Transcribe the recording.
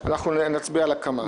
אנחנו נצביע על הקמה.